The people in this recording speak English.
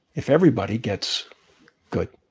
if everybody gets good,